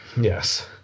Yes